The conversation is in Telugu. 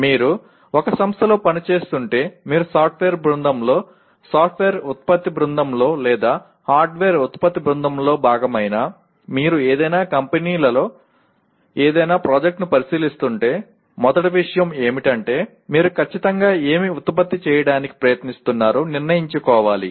మీరు ఒక సంస్థలో పనిచేస్తుంటే మీరు సాఫ్ట్వేర్ బృందంలో సాఫ్ట్వేర్ ఉత్పత్తి బృందంలో లేదా హార్డ్వేర్ ఉత్పత్తి బృందంలో భాగమైనా మీరు ఏదైనా కంపెనీలో ఏదైనా ప్రాజెక్ట్ను పరిశీలిస్తుంటే మొదటి విషయం ఏమిటంటే మీరు ఖచ్చితంగా ఏమి ఉత్పత్తి చేయడానికి ప్రయత్నిస్తున్నారో నిర్ణయించుకోవాలి